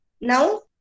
Now